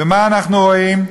ומה אנחנו רואים?